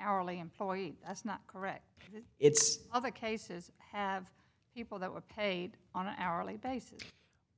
hourly employee that's not correct it's other cases have people that were paid on an hourly basis